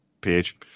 page